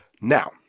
Now